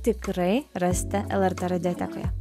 tikrai rasite lrt radiotekoje